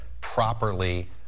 properly